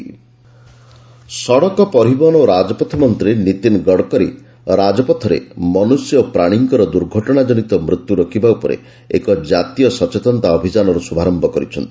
road mortality ସଡ଼କ ପରିବହନ ଓ ରାଜପଥ ମନ୍ତ୍ରୀ ନୀତିନ ଗଡ଼କରୀ ରାଜପଥରେ ମନୁଷ୍ୟ ଓ ପ୍ରାଣୀଙ୍କର ଦୁର୍ଘଟଣାଜନିତ ମୃତ୍ୟୁ ରୋକିବା ଉପରେ ଏକ ଜାତୀୟ ସଚେତନତା ଅଭିଯାନର ଶୁଭାରମ୍ଭ କରିଛନ୍ତି